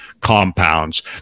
compounds